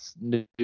new